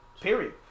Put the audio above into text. Period